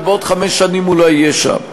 ובעוד חמש שנים הוא לא יהיה שם.